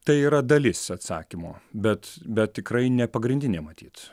tai yra dalis atsakymo bet bet tikrai ne pagrindinė matyt